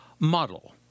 Model